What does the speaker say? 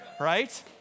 right